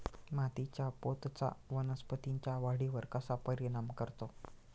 मातीच्या पोतचा वनस्पतींच्या वाढीवर कसा परिणाम करतो?